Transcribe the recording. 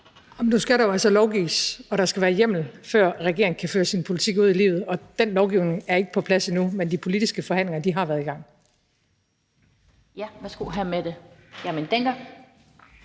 Nu skal der jo altså lovgives, og der skal være hjemmel, før regeringen kan føre sin politik ud i livet, og den lovgivning er ikke på plads endnu, men de politiske forhandlinger har været i gang.